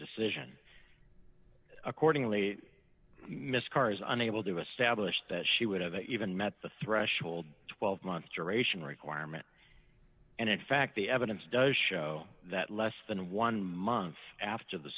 decision accordingly miss carr is unable to establish that she would have even met the threshold twelve month duration requirement and in fact the evidence does show that less than one month after the